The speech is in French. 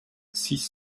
six